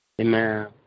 Amen